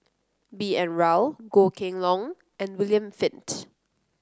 B N Rao Goh Kheng Long and William Flint